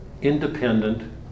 independent